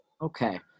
Okay